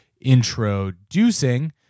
introducing